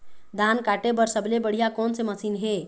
धान काटे बर सबले बढ़िया कोन से मशीन हे?